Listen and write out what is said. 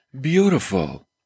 beautiful